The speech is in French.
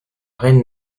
reine